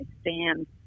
stand